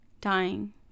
dying